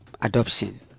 adoption